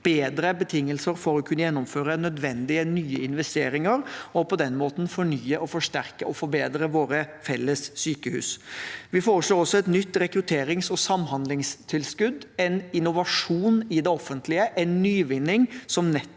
bedre betingelser for å kunne gjennomføre nødvendige nye investeringer, og på den måten fornye, forsterke og forbedre våre felles sykehus. Vi foreslår også et nytt rekrutterings- og samhandlingstilskudd – en innovasjon i det offentlige, en nyvinning som nettopp